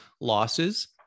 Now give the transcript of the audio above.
losses